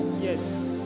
yes